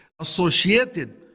associated